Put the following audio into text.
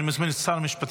אני מזמין את שר המשפטים,